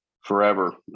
Forever